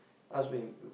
ask when